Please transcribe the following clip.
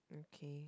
okay